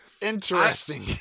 interesting